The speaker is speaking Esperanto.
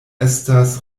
estas